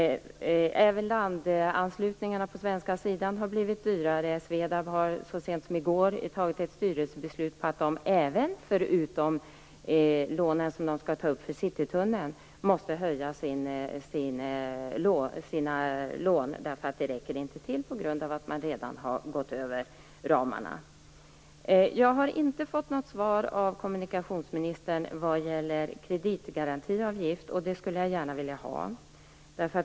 Även landanslutningarna på svenska sidan har blivit dyrare. SVEDAB tog så sent som i går ett styrelsebeslut på att man måste öka sina lån, utöver de lån som man skall teckna för Citytunneln. De räcker inte till på grund av att man redan har gått över ramarna. Jag har inte fått något svar av kommunikationsministern vad gäller kreditgarantiavgift. Det skulle jag gärna vilja ha.